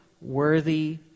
worthy